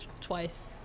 twice